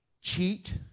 cheat